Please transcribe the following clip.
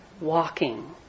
walking